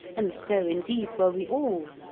and so, indeed, were we all.